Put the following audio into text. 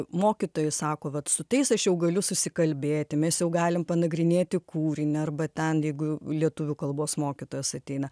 mokytojai sako vat su tais aš jau galiu susikalbėti mes jau galim panagrinėti kūrinį arba ten jeigu lietuvių kalbos mokytojas ateina